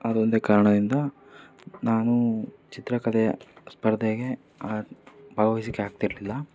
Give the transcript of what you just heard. ಅದೊಂದೇ ಕಾರಣದಿಂದ ನಾನು ಚಿತ್ರಕಲೆಯ ಸ್ಪರ್ಧೆಗೆ ಬಾಗವಯ್ಸಿಕ್ಕೆ ಆಗ್ತಿರ್ಲಿಲ್ಲ